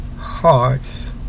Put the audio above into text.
Hearts